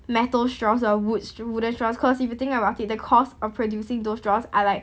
metal straws or wood str~ wooden straws because you think about it the cost of producing those straws are like